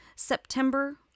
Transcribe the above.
september